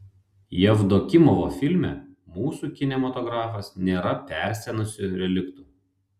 jevdokimovo filme mūsų kinematografas nėra persenusiu reliktu